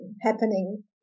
happening